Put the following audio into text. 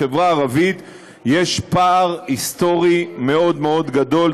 בחברה הערבית יש פער היסטורי מאוד מאוד גדול,